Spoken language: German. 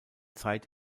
zeit